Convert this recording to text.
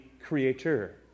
Creator